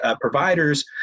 providers